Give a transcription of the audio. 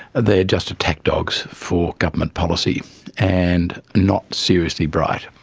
they are just attack dogs for government policy and not seriously bright.